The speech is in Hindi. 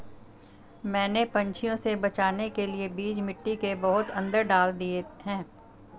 मैंने पंछियों से बचाने के लिए बीज मिट्टी के बहुत अंदर डाल दिए हैं